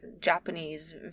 Japanese